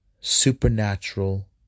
supernatural